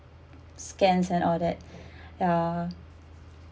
scans and all that ya